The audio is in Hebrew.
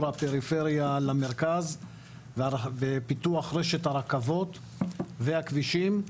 הפריפריה למרכז ופיתוח רשת הרכבות והכבישים,